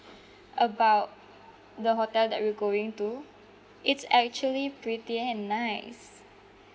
about the hotel that we're going to it's actually pretty and nice